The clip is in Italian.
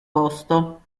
posto